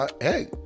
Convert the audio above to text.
hey